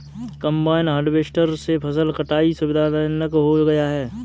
combine harvester से फसल कटाई सुविधाजनक हो गया है